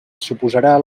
suposarà